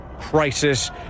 crisis